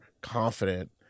confident